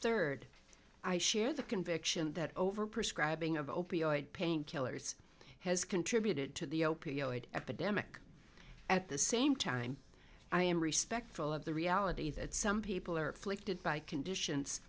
third i share the conviction that over prescribing of opioid painkillers has contributed to the opioid epidemic at the same time i am respectful of the reality that some people are afflicted by conditions